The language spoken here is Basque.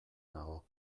nago